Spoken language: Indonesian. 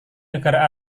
negara